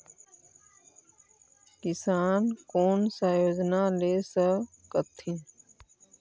किसान कोन सा योजना ले स कथीन?